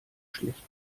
schlecht